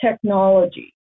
technology